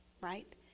right